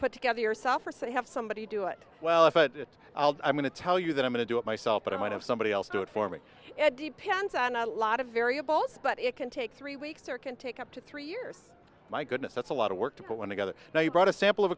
put together yourself or so i have somebody do it well if it i'm going to tell you that i want to do it myself but i might have somebody else do it for me it depends on a lot of variables but it can take three weeks or can take up to three years my goodness that's a lot of work to put one together now you brought a sample of a